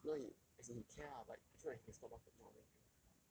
as in now he as in he care but it's not like he can stop us from not onning cam